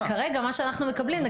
וכרגע מה שאנחנו מקבלים זה,